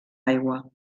aigua